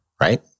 right